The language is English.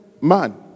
man